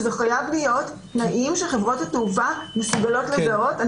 שזה חייב להיות תנאים שחברות התעופה מסוגלות לזהות.